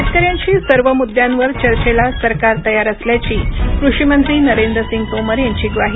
शेतकऱ्यांशी सर्व मुद्यांवर चर्चेला सरकार तयार असल्याची कृषी मंत्री नरेंद्र सिंग तोमर यांची ग्वाही